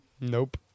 Nope